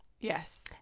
Yes